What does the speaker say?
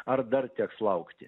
ar dar teks laukti